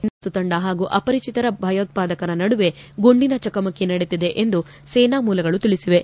ಸೇನಾ ಗಸ್ತು ತಂಡ ಹಾಗೂ ಅವರಿಚಿತ ಭಯೋತ್ಪಾದಕರ ನಡುವೆ ಗುಂಡಿನ ಚಕಮಕಿ ನಡೆದಿದೆ ಎಂದು ಸೇನಾ ಮೂಲಗಳು ತಿಳಿಸಿವೆ